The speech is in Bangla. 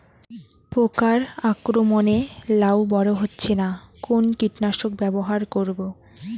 পোকার আক্রমণ এ লাউ বড় হচ্ছে না কোন কীটনাশক ব্যবহার করব?